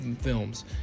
films